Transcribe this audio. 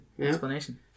explanation